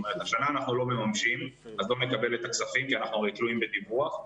השנה אנחנו לא מממשים אז לא נקבל את הכספים כי אנחנו תלויים בדיווח.